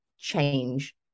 change